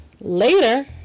Later